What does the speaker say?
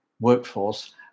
workforce